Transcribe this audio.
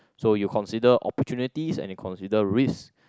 so you consider opportunities and you consider risk